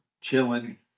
chilling